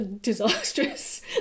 disastrous